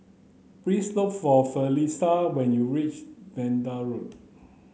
please look for Felisha when you reach Vanda Road